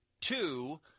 two